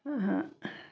अहाँ